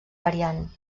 variant